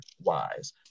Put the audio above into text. wise